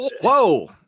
whoa